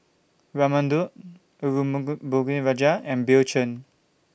Raman Daud Arumugam Ponnu Rajah and Bill Chen